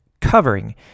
covering